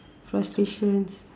frustrations